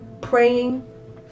praying